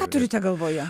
ką turite galvoje